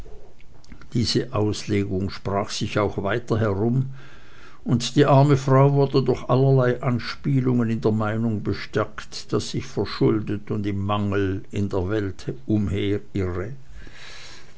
diese auslegung sprach sich auch weiter herum und die arme frau wurde durch allerlei anspielungen in der meinung bestärkt daß ich verschuldet und im mangel in der welt